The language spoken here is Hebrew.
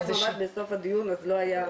ממש בסוף הדיון אז לא היה.